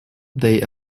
they